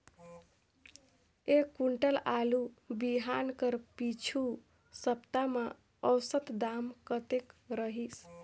एक कुंटल आलू बिहान कर पिछू सप्ता म औसत दाम कतेक रहिस?